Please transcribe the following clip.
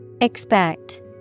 Expect